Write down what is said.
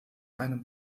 einem